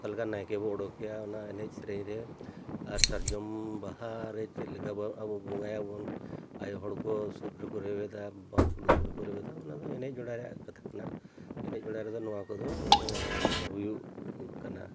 ᱚᱠᱟ ᱞᱮᱠᱟ ᱱᱟᱭᱠᱮ ᱵᱚ ᱚᱰᱚᱠᱮᱭᱟ ᱚᱱᱟ ᱮᱱᱮᱡ ᱥᱮᱨᱮᱧ ᱨᱮ ᱟᱨ ᱥᱟᱨᱡᱚᱢ ᱵᱟᱦᱟ ᱨᱮ ᱪᱮᱫ ᱞᱮᱠᱟ ᱵᱚᱱ ᱟᱵᱚ ᱵᱚᱸᱜᱟᱭᱟᱵᱚᱱ ᱟᱭᱳ ᱦᱚᱲ ᱠᱚ ᱥᱩᱫᱽ ᱨᱮᱠᱚ ᱨᱮᱵᱮᱫᱟ ᱵᱟᱲ ᱠᱚ ᱞᱩᱛᱩᱨ ᱨᱮᱠᱚ ᱨᱩᱭᱮᱫᱟ ᱚᱱᱟ ᱫᱚ ᱮᱱᱮᱡ ᱡᱚᱲᱟᱭ ᱨᱮᱭᱟᱜ ᱠᱟᱛᱷᱟ ᱠᱟᱱᱟ ᱮᱱᱮᱡ ᱡᱚᱲᱟᱭ ᱨᱮᱫᱚ ᱱᱚᱣᱟ ᱠᱚᱫᱚ ᱦᱩᱭᱩᱜ ᱠᱟᱱᱟ